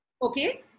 Okay